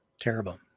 terrible